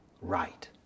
right